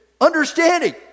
understanding